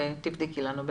בסדר.